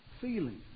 feeling